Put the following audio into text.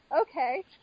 okay